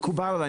מקובל עלי.